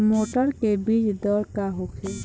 मटर के बीज दर का होखे?